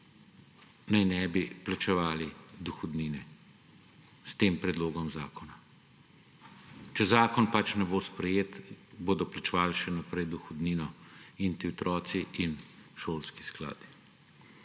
naj ne bi plačevali dohodnine s tem predlogom zakona. Če zakon pač ne bo sprejet, bodo plačevali še naprej dohodnino ti otroci in šolski skladi.